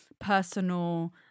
personal